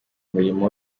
umurimo